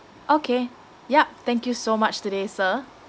okay yup thank you so much today sir